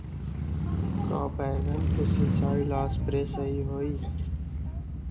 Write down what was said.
का बैगन के सिचाई ला सप्रे सही होई?